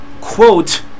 quote